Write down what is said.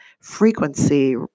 frequency